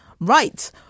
right